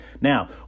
Now